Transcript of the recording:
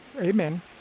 Amen